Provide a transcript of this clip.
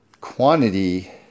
quantity